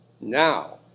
Now